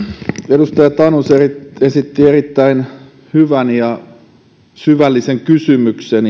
edustaja tanus esitti erittäin hyvän ja syvällisen kysymyksen